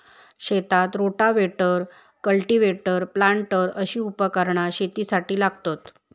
शेतात rotavator, cultivator, planter अशी उपकरणा शेतीसाठी लागतत